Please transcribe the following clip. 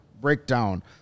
breakdown